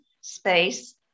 space